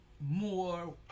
more